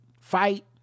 fight